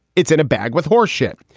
it's in a bag with horseshit.